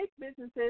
businesses